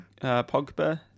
Pogba